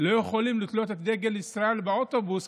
לא יכולים לתלות את דגל ישראל באוטובוס,